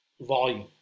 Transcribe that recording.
volume